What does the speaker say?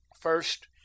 First